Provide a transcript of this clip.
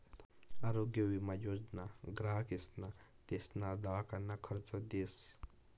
आरोग्य विमा योजना ग्राहकेसले तेसना दवाखाना खर्च देस